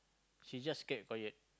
she just kept quiet